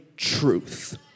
truth